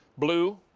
blue,